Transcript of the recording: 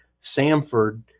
Samford